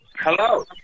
Hello